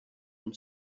been